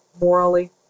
morally